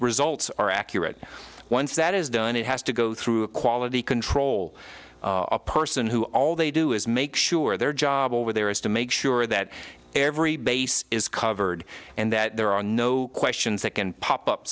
results are accurate once that is done it has to go through a quality control a person who all they do is make sure their job over there is to make sure that every base is covered and that there are no questions that can pop up